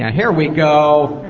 here we go!